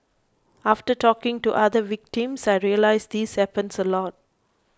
after talking to other victims I realised this happens a lot